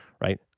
right